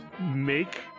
Make